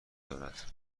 دارد